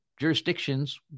jurisdictions